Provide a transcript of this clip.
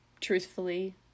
truthfully